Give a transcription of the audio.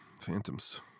phantoms